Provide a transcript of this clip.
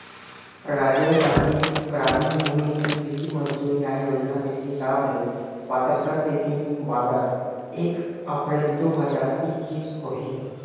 राजीव गांधी गरामीन भूमिहीन कृषि मजदूर न्याय योजना के हिसाब ले पात्रता के दिन बादर एक अपरेल दू हजार एक्कीस होही